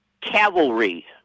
cavalry